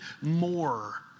more